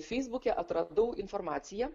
feisbuke atradau informaciją